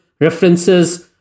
references